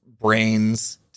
brains